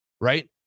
right